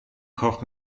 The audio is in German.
kauft